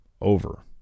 Over